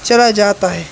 चला जाता है